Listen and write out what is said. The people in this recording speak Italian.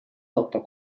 lotta